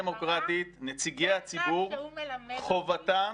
דמוקרטית, נציגי הציבור, חובתם